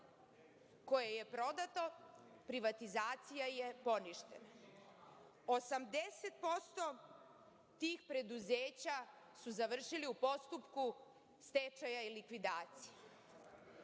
koje je prodato, privatizacija je poništena, a 80% tih preduzeća su završili u postupku stečaja i likvidacije.